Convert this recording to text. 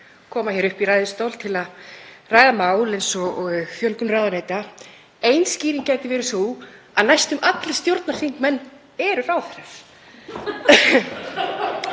koma upp í ræðustól til að ræða mál eins og fjölgun ráðuneyta. Ein skýring gæti verið sú að næstum allir stjórnarþingmenn eru ráðherrar.